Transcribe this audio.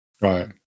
right